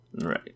Right